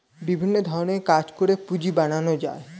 বিভিন্ন ধরণের কাজ করে পুঁজি বানানো যায়